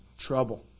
trouble